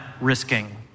risking